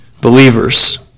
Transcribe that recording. believers